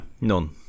None